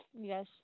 Yes